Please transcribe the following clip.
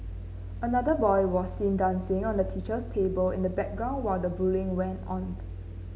another boy was seen dancing on the teacher's table in the background while the bullying went on